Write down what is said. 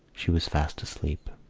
she was fast asleep.